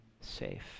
safe